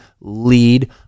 lead